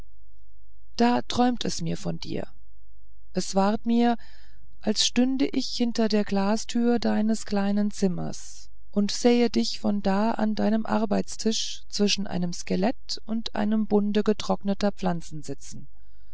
da träumt es mir von dir es ward mir als stünde ich hinter der glastüre deines kleinen zimmers und sähe dich von da an deinem arbeitstische zwischen einem skelet und einem bunde getrockneter pflanzen sitzen